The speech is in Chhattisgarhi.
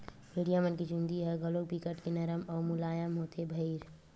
भेड़िया मन के चूदी ह घलोक बिकट के नरम अउ मुलायम होथे भईर